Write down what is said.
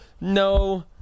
No